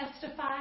testify